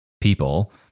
people